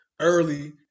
early